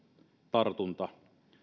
tartunta